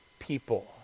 people